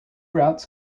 routes